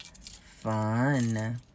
fun